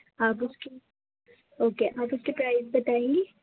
آپ اُس کی اوکے آپ اُس کے پرائز بتائیں گی